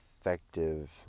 effective